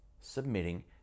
submitting